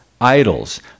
idols